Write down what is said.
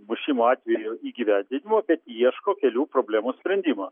mušimo atvejų įgyvendinimo bet ieško kelių problemų sprendimo